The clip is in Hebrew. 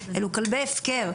אלו כלבי הפקר.